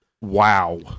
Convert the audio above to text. Wow